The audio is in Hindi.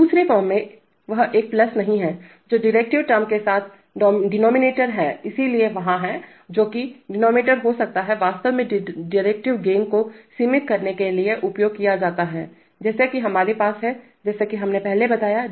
दूसरे फॉर्म में वह एक प्लस नहीं है जो डेरिवेटिव टर्म के साथ डिनोमिनेटर हैइसलिए वहाँ है जो कि डिनोमिनेटर हो सकता है वास्तव में डेरीवेटिव गेन को सीमित करने के लिए उपयोग किया जाता है जैसा कि हमारे पास है जैसा कि हमने पहले बताया है